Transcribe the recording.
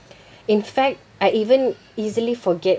in fact I even easily forget